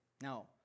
Now